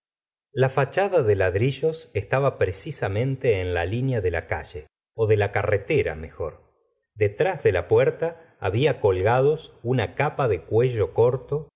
la fachada de ladrillos estaba precisamente en la linea de la calle ó de la carretera mejor detrás de la puerta habla colgados una capa de cuello corto